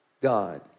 God